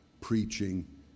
preaching